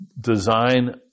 design